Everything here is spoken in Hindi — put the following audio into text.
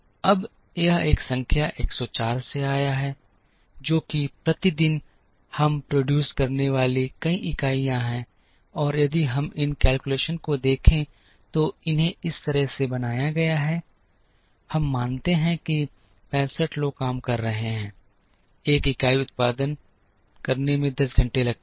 अब यह एक संख्या 104 से आया है जो कि प्रति दिन हम पैदा करने वाली कई इकाइयाँ हैं और यदि हम इन गणनाओं को देखें तो इन्हें इस तरह से बनाया गया है हम मानते हैं कि 65 लोग काम कर रहे हैं एक इकाई का उत्पादन करने में 10 घंटे लगते हैं